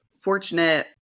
fortunate